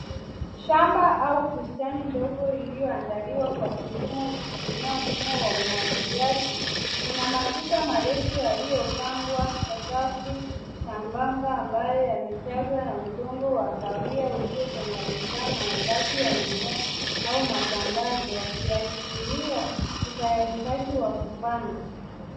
Shamba au bustani ndogo iliyoandaliwa kwa kilimo ikitumia mfumo wa umwagiliaji. Kuna matuta marefu yaliyopangwa kwa safu sambamba ambayo yamejazwa kwa udongo wa kahawia uliochanganyikana na mabaki ya mimea au matandazo yakiashiria utayarishaji wa kupanda.